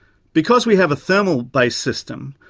because we have a thermal based system,